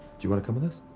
do you wanna come with us?